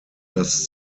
das